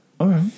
Okay